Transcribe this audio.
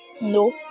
No